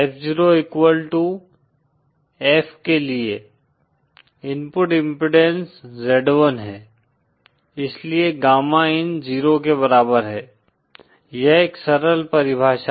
F0 equal to F के लिए input impedance Z1 है इसलिए गामा इन 0 के बराबर है यह एक सरल परिभाषा है